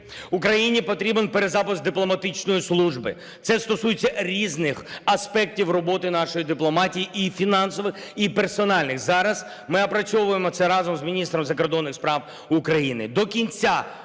Україні потрібен перезапуск дипломатичної служби. Це стосується різних аспектів роботи нашої дипломатії, і фінансових, і персональних. Зараз ми опрацьовуємо це разом з міністром закордонних справ України.